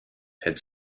had